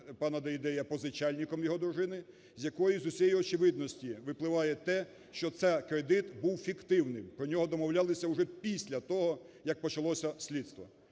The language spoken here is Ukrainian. пана Дейдея "позичальником" його дружини, з якої з усією очевидністю випливає те, що цей кредит був фіктивним, про нього домовлялися уже після того, як почалося слідство.